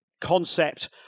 concept